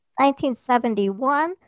1971